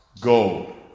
go